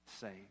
saved